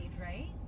right